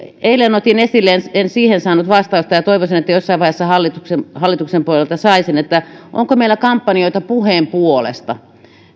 eilen otin esille sen en saanut siihen vastausta ja toivoisin että jossain vaiheessa hallituksen hallituksen puolelta saisin onko meillä kampanjoita puheen puolesta